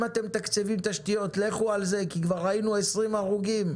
אם אתם מתקצבים תשתיות לכו על זה כי כבר ראינו 20 הרוגים,